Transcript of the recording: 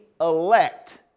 elect